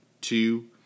two